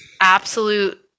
absolute